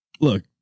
look